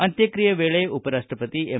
ಅಂತ್ರಕ್ರಿಯೆ ವೇಳೆ ಉಪರಾಷ್ಟಪತಿ ಎಂ